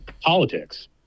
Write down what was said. politics